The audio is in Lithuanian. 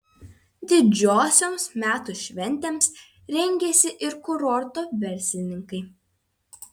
didžiosioms metų šventėms rengiasi ir kurorto verslininkai